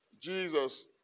Jesus